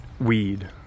weed